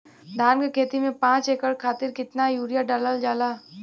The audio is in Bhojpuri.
धान क खेती में पांच एकड़ खातिर कितना यूरिया डालल जाला?